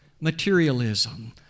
Materialism